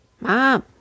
mom